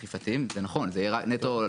יש על מה לדבר.